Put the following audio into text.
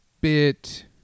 bit